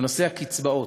לנושא הקצבאות.